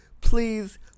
please